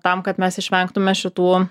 tam kad mes išvengtume šitų